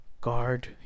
guard